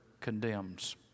condemns